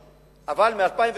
מ-2008.